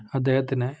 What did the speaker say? അദ്ദേഹത്തിന്